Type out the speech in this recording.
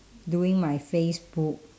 doing my facebook